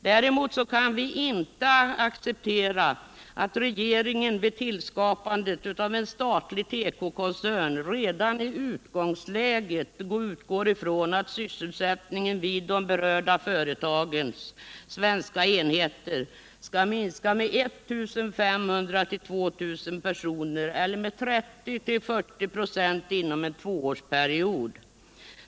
Däremot kan vi inte acceptera att regeringen vid skapandet av en statlig tekokoncern redan i utgångsläget utgår ifrån att sysselsättningen vid de berörda företagens svenska enheter skall minskas med 1 500-2 000 personer eller med 30-40 26 inom en tvåårsperiod.